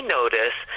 notice